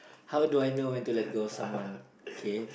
how do I know when to let go of someone okay